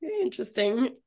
interesting